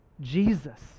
Jesus